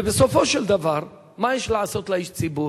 ובסופו של דבר מה יש לעשות לאיש ציבור?